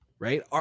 right